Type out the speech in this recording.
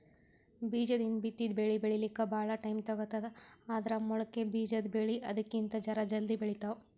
ಬೀಜದಿಂದ್ ಬಿತ್ತಿದ್ ಬೆಳಿ ಬೆಳಿಲಿಕ್ಕ್ ಭಾಳ್ ಟೈಮ್ ತಗೋತದ್ ಆದ್ರ್ ಮೊಳಕೆ ಬಿಜಾದ್ ಬೆಳಿ ಅದಕ್ಕಿಂತ್ ಜರ ಜಲ್ದಿ ಬೆಳಿತಾವ್